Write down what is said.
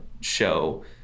show